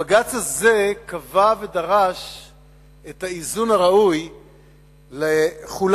הבג"ץ הזה קבע ודרש את האיזון הראוי לכולם,